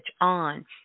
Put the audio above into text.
on